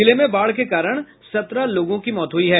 जिले में बाढ़ के कारण सत्रह लोगों की मौत हुई है